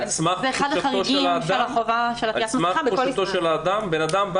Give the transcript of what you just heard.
על סמך תחושתו של האדם?